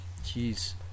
Jeez